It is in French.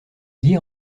lié